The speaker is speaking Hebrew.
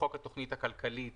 לחוק התוכנית הכלכלית